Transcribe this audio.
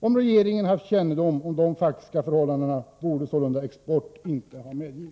Om regeringen hade haft kännedom om de faktiska förhållandena, borde sålunda export inte ha medgivits.